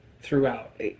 throughout